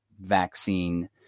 vaccine